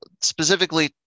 specifically